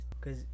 Cause